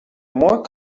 more